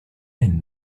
and